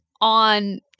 on